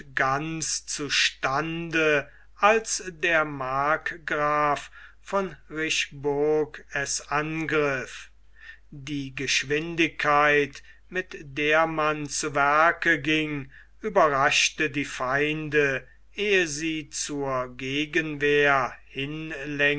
ganz zu stande als der markgraf von rysburg es angriff die geschwindigkeit mit der man zu werke ging überraschte die feinde ehe sie zur gegenwehr